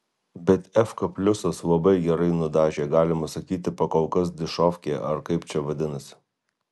bet efka pliusas labai gerai nudažė galima sakyti pakolkas dišovkė ar kaip čia vadinasi